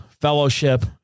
fellowship